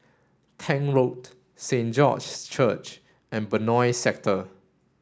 Tank Road Saint George's Church and Benoi Sector